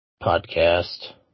podcast